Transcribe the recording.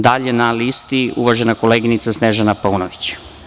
Dalje na listi, uvažena koleginica Snežana Paunović.